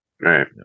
Right